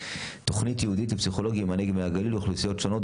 תוכנית ייעודית לפסיכולוגים מהנגב ומהגליל ולאוכלוסיות שונות,